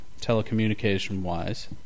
telecommunication-wise